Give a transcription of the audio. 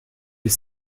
est